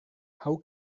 how